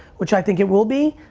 which i think it will be,